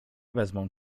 wezmą